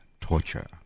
Torture